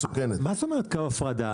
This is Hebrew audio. מה זאת אומרת קו הפרדה?